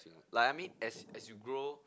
like I mean as as you grow